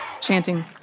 Chanting